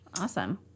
Awesome